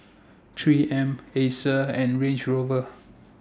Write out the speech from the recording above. three M Acer and Range Rover